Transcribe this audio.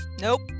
nope